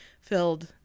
filled